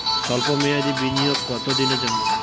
সল্প মেয়াদি বিনিয়োগ কত দিনের জন্য?